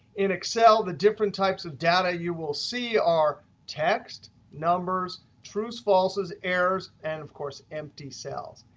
in excel, the different types of data you will see are text, numbers, trues, falses, errors, and, of course, empty cells.